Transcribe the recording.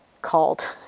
Called